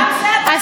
טוב, רגע.